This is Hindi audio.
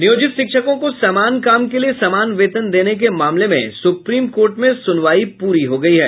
नियोजित शिक्षकों को समान काम के लिये समान वेतन देने के मामले में सुप्रीम कोर्ट में सुनवाई प्री हो गयी है